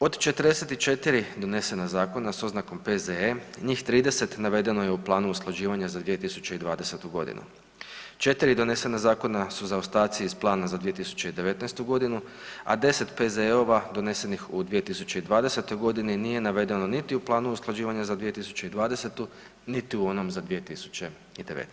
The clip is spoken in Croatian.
Od 44 donesena zakona s oznakom P.Z.E. njih 30 navedeno je u planu usklađivanja za 2020. godinu, 4 donesena zakona su zaostaci iz plana za 2019. godinu, a 10 P.Z.E.-ova donesenih u 2020. godini nije navedeno niti u planu usklađivanja za 2020., niti u onom za 2019.